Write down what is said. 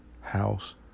House